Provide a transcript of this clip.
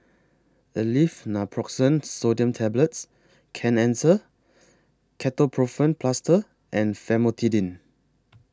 Aleve Naproxen Sodium Tablets Kenhancer Ketoprofen Plaster and Famotidine